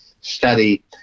study